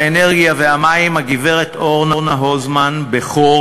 האנרגיה והמים הגברת אורנה הוזמן-בכור